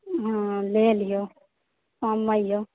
हँ लै लिए कमे यऽ